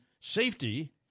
safety